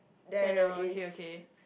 can ah okay okay